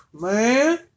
Man